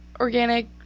organic